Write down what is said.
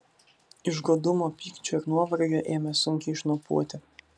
iš godumo pykčio ir nuovargio ėmė sunkiai šnopuoti